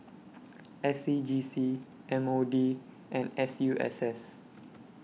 S C G C M O D and Suss